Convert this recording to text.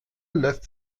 lässt